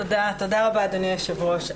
תודה רבה, אדוני היושב-ראש.